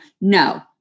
No